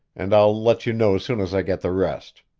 and i'll let you know as soon as i get the rest.